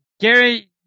Gary